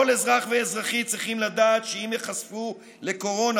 כל אזרח ואזרחית צריכים לדעת שאם ייחשפו לקורונה,